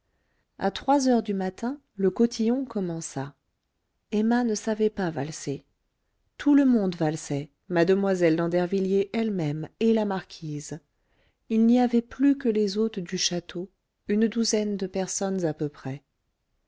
à trois heures du matin le cotillon commença emma ne savait pas valser tout le monde valsait mademoiselle d'andervilliers ellemême et la marquise il n'y avait plus que les hôtes du château une douzaine de personnes à peu près